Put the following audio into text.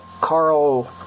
Carl